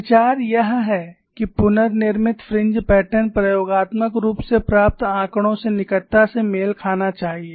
विचार यह है कि पुनर्निर्मित फ्रिंज पैटर्न प्रयोगात्मक रूप से प्राप्त आंकड़ों से निकटता से मेल खाना चाहिए